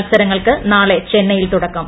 മത്സരങ്ങൾക്ക് നാളെ ചെന്നൈയിൽ തുടക്കം